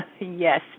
Yes